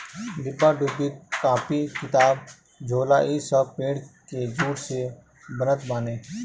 डिब्बा डुब्बी, कापी किताब, झोला इ सब पेड़ के जूट से बनत बाने